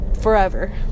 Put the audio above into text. forever